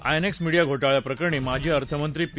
INX media घोटाळ्या प्रकरणी माजी अर्थमंत्री पी